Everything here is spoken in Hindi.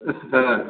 अच्छा